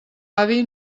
avi